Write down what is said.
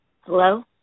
Hello